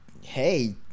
hey